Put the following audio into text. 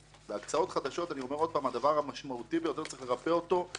בהקצאות חדשות הדבר המשמעות שיש לרפא אותו זה